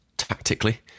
tactically